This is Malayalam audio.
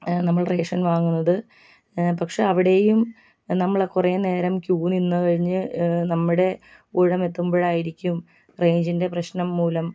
നമ്മുടെ റേഷൻ വാങ്ങുന്നത് പക്ഷേ അവിടെയും നമ്മളെ കുറെ നേരം ക്യൂ നിന്ന് കഴിഞ്ഞ് നമ്മുടെ ഊഴം എത്തുമ്പോഴായിരിക്കും റേഞ്ചിൻ്റെ പ്രശ്നം മൂലം